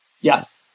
yes